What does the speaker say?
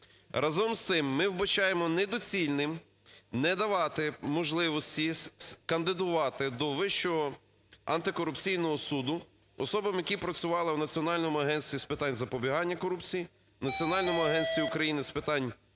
Разом з тим, ми вбачаємо недоцільним не давати можливості кандидувати до Вищого антикорупційного суду особам, які працювали в Національному агентстві з питань запобігання корупції, Національному агентстві України з питань